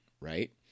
right